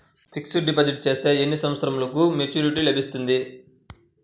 Fixed deposit చేస్తే ఎన్ని సంవత్సరంకు మెచూరిటీ లభిస్తుంది?